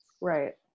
Right